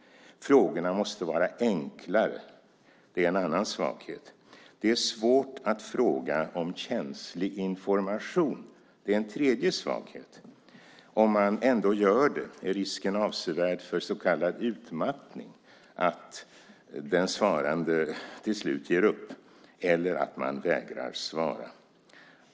Frågorna måste vara enklare. Det är en annan svaghet. Det är svårt att fråga om känslig information. Det är en tredje svaghet. Om man ändå gör det är risken avsevärd för så kallad utmattning, att den svarande till slut ger upp eller att man vägrar svara.